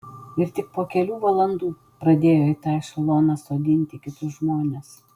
ir tik po kelių valandų pradėjo į tą ešeloną sodinti kitus žmones